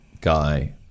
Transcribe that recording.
guy